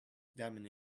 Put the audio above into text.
damn